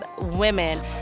women